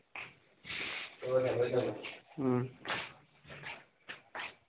ꯎꯝ